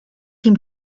him